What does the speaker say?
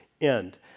end